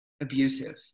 abusive